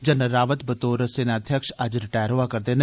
general Rawat बतौर सेनाघ्यक्ष अज्ज रटैर होआ करदे न